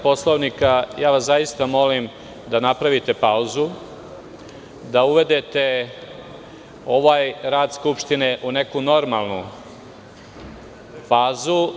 Poslovnika, zaista vas molim da napravite pauzu, da uvedete ovaj rad Skupštine u neku normalnu fazu.